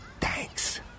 thanks